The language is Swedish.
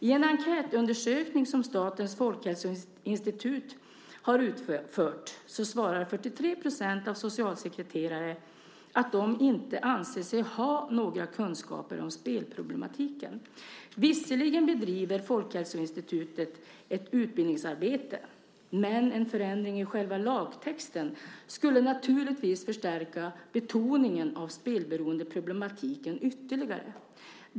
I en enkätundersökning som Statens folkhälsoinstitut har utfört svarar 43 % av socialsekreterarna att de inte anser sig ha några kunskaper om spelproblematiken. Visserligen bedriver Folkhälsoinstitutet ett utbildningsarbete. Men en förändring i själva lagtexten skulle naturligtvis förstärka betoningen av spelberoendeproblematiken ytterligare.